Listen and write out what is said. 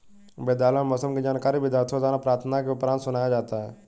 विद्यालयों में मौसम की जानकारी विद्यार्थियों द्वारा प्रार्थना उपरांत सुनाया जाता है